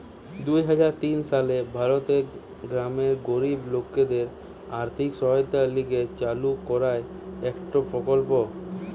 দুই হাজার তিন সালে ভারতের গ্রামের গরিব লোকদের আর্থিক সহায়তার লিগে চালু কইরা একটো প্রকল্প